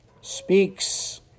Speaks